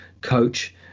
coach